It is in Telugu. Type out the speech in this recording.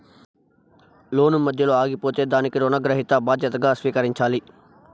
లోను మధ్యలో ఆగిపోతే దానికి రుణగ్రహీత బాధ్యతగా స్వీకరించాలి